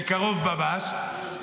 בקרוב ממש.